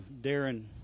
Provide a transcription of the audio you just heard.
Darren